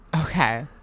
Okay